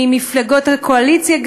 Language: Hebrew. ממפלגות הקואליציה,